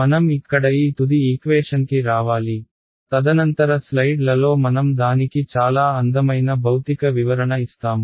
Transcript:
మనం ఇక్కడ ఈ తుది ఈక్వేషన్కి రావాలి తదనంతర స్లైడ్లలో మనం దానికి చాలా అందమైన భౌతిక వివరణ ఇస్తాము